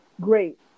Great